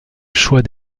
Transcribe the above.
choix